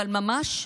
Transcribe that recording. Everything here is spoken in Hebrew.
אבל ממש,